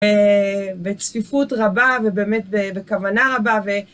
בצפיפות רבה, ובאמת בכוונה רבה ו.